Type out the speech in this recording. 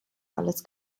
alles